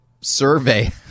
survey